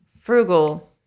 frugal